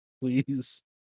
please